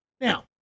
Now